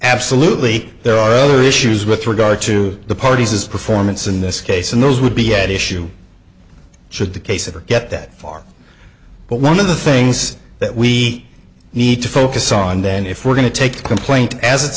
absolutely there are other issues with regard to the parties his performance in this case and those would be at issue should the case ever get that far but one of the things that we need to focus on then if we're going to take the complaint as it's